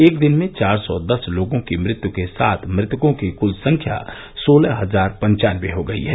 एक दिन में चार सौ दस लोगों की मृत्यु के साथ मृतको की कुल संख्या सोलह हजार पंचानबे हो गई है